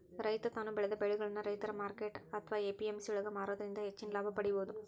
ರೈತ ತಾನು ಬೆಳೆದ ಬೆಳಿಗಳನ್ನ ರೈತರ ಮಾರ್ಕೆಟ್ ಅತ್ವಾ ಎ.ಪಿ.ಎಂ.ಸಿ ಯೊಳಗ ಮಾರೋದ್ರಿಂದ ಹೆಚ್ಚ ಲಾಭ ಪಡೇಬೋದು